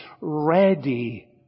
ready